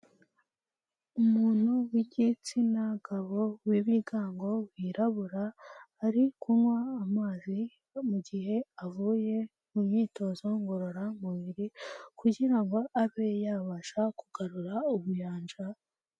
Umuntu w'igitsina gabo w'ibigango wirabura ari kunywa amazi mu gihe avuye mu myitozo ngororamubiri kugira ngo abe yabasha kugarura ubuyanja(..)